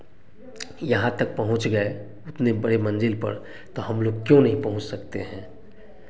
यहाँ तक पहुँच गए उतने बड़े मंज़िल पर तो हम लोग क्यों नहीं पहुँच सकते हैं